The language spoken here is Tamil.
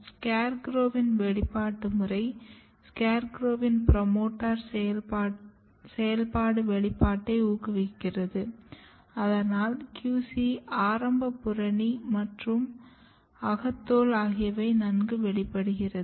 SCARECROW வின் வெளிப்பாடு முறை SCARECROW வின் ப்ரோமோட்டர் செயல்பாடு வெளிப்பாட்டை ஊக்குவிக்கிறது அதனால் QC ஆரம்ப புறணி மற்றும் அகத்தோல் ஆகியவை நன்கு வெளிப்படுகிறது